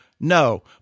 No